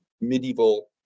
medieval